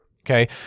Okay